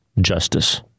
justice